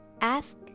ask